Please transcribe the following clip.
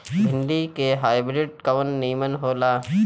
भिन्डी के हाइब्रिड कवन नीमन हो ला?